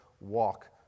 walk